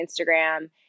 Instagram